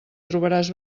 trobaràs